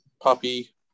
Puppy